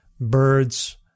birds